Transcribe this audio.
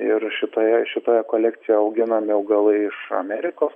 ir šitoje šitoje kolekcijoje auginami augalai iš amerikos